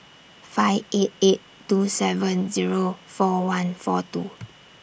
five eight eight two seven Zero four one four two